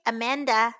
Amanda